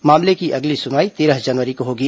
मामले की अगली सुनवाई तेरह जनवरी को होगी